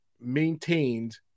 maintained